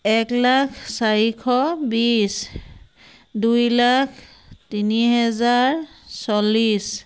এক লাখ চাৰিশ বিছ দুই লাখ তিনি হেজাৰ চল্লিছ